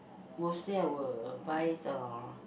mostly I will buy the